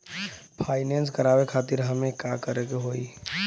Finance करावे खातिर हमें का करे के होई?